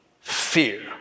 fear